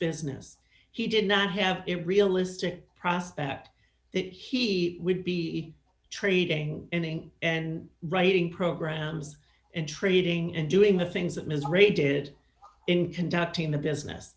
business he did not have a realistic prospect that he would be trading in ink and writing programs and trading and doing the things that ms ray did in conducting the business